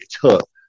took